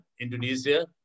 Indonesia